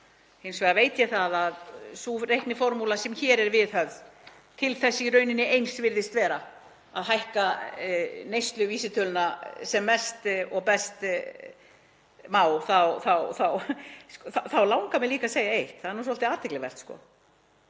Hins vegar veit ég að sú reikniformúla sem hér er viðhöfð til þess í rauninni eins, virðist vera, að hækka neysluvísitöluna sem mest og best má — þá langar mig líka að segja eitt: Það er svolítið athyglivert